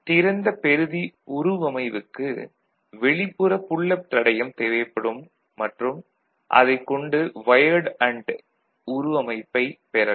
திறந்த பெறுதி உருவமைவுக்கு வெளிப்புற புல் அப் தடையம் தேவைப்படும் மற்றும் அதைக் கொண்டு வையர்டு அண்டு உருவமைப்பைப் பெறலாம்